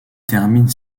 terminent